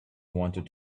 wanted